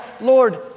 Lord